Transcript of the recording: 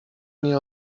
nie